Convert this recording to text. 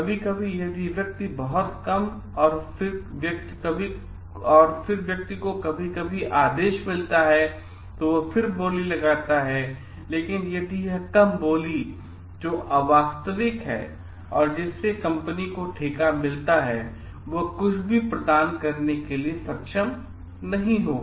कभी कभी यदि कोई व्यक्ति बहुत कम और फिर व्यक्ति को कभी कभी आदेश मिलता है और फिर बोली लगाता है लेकिन यदि यह कम बोली जो अवास्तविक है तो जिस कंपनी को ठेका मिला है वह कुछ भी प्रदान करने के लिए में सक्षम नहीं होगा